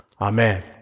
Amen